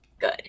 good